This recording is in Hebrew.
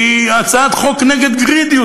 כי היא הצעת חוק נגד גרידיות.